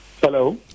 Hello